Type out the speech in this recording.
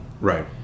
Right